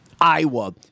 Iowa